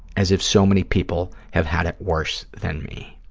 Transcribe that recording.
as if so many people have had it worse than me.